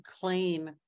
claim